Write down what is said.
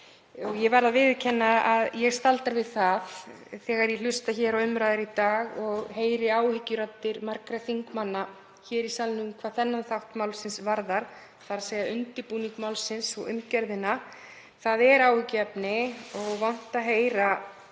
Ég verð að viðurkenna að ég staldra við það þegar ég hlusta á umræður í dag og heyri áhyggjuraddir margra þingmanna hér í salnum hvað þann þátt málsins varðar, þ.e. undirbúning málsins og umgjörðina. Það er áhyggjuefni og vont að heyra